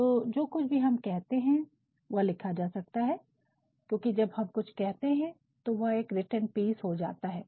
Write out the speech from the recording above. तो जो कुछ भी हम कहते हैं वह लिखा जा सकता है क्योंकि जब हम कुछ कहते हैं तो वह एक रिटेन पीस हो जाता है